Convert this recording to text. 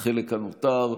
החלק הנותר,